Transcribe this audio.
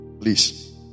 Please